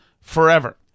forever